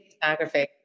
photography